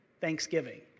thanksgiving